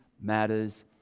matters